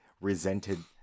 resented